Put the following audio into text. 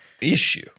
issue